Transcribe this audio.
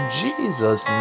jesus